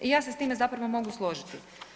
I ja se s time zapravo mogu složiti.